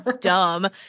dumb